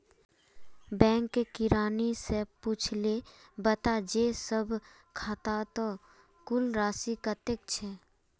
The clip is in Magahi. बैंक किरानी स पूछे बता जे सब खातौत कुल राशि कत्ते छ